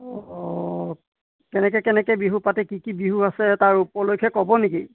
অঁ কেনেকৈ কেনেকৈ বিহু পাতে কি কি বিহু আছে তাৰ উপলক্ষে ক'ব নেকি